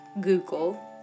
google